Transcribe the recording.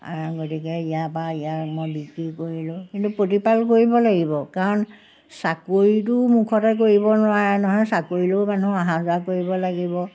গতিকে ইয়াৰপৰা ইয়াক মই বিক্ৰী কৰিলোঁ কিন্তু প্ৰতিপাল কৰিব লাগিব কাৰণ চাকৰিটো মুখতে কৰিব নোৱাৰে নহয় চাকৰিলেও মানুহ অহা যোৱা কৰিব লাগিব